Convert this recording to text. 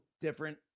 different